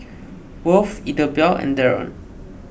Worth Idabelle and Darron